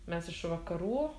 mes iš vakarų